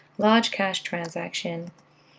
large cash transaction,